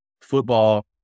Football